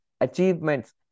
achievements